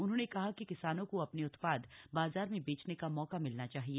उन्होंने कहा कि किसानों को अपने उत्पाद बाजार में बेचने का मौका मिलना चाहिए